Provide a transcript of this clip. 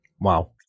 Wow